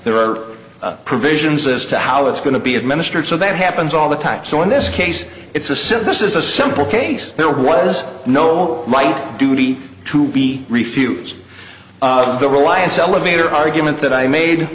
there are provisions as to how it's going to be administered so that happens all the time so in this case it's a said this is a simple case there was no right duty to be refused the reliance elevator argument that i made